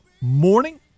morning